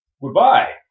Goodbye